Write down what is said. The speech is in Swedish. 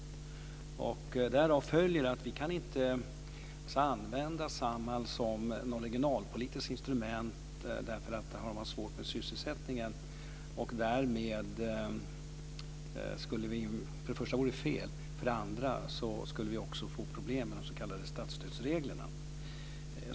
Därav följer att vi inte kan använda Samhall som något regionalpolitiskt instrument därför att man har svårt med sysselsättningen. För det första vore det fel, och för det andra skulle vi få problem med de s.k. statsstödsreglerna.